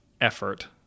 effort